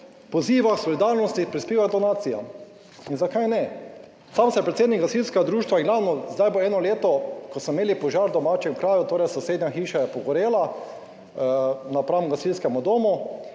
poziva k solidarnosti, prispeva k donacijam in zakaj ne? Sam sem predsednik gasilskega društva in glavno zdaj bo eno leto ko so imeli požar v domačem kraju torej sosednja hiša je pogorela napram gasilskemu domu